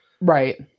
Right